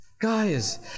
Guys